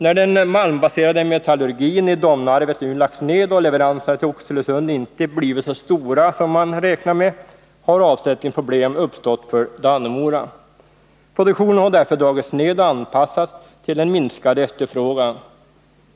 När den malmbaserade metallurgin i Domnarvet nu lagts ned och leveranserna till Oxelösund inte blivit så stora som man räknat med, har avsättningsproblem uppstått för Dannemora. Produktionen har därför dragits ned och anpassats till den minskade efterfrågan.